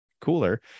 cooler